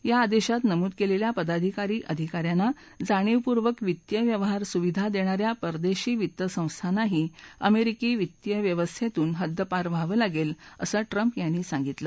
या आदेशात नमूद केलेल्या पदाधिकारी अधिका यांना जाणीवपूर्वक वित्तीय व्यवहार सुविधा देणा या परदेशी वित्त संस्थांनाही अमेरिकी वित्तीय व्यवस्थेतून हद्दपार व्हावं लागेल असं ट्रम्प यांनी सांगितलं